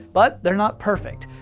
but they're not perfect.